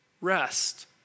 rest